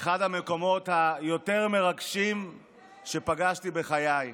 אחד המקומות היותר-מרגשים שפגשתי בחיי.